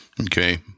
okay